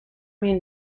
mean